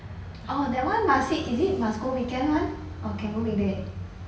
orh that one must it is it must go weekend [one] or can go weekday